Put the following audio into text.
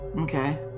Okay